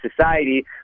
society